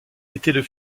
était